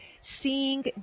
seeing